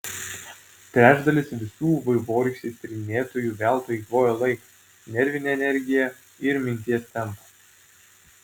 trečdalis visų vaivorykštės tyrinėtojų veltui eikvoja laiką nervinę energiją ir minties tempą